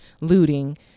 looting